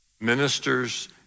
ministers